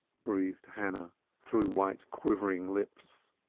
breathed hannah through white quivering lips.